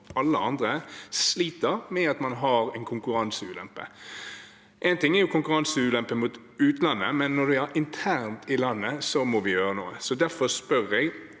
og alle andre sliter med at man har en konkurranseulempe. Én ting er konkurranseulempe mot utlandet, men når vi har det internt i landet, må vi gjøre noe. Derfor spør jeg